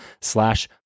slash